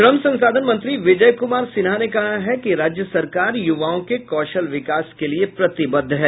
श्रम संसाधन मंत्री विजय कुमार सिन्हा ने कहा है कि राज्य सरकार युवाओं के कौशल विकास के लिये प्रतिबद्ध है